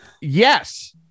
Yes